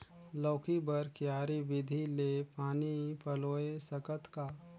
लौकी बर क्यारी विधि ले पानी पलोय सकत का?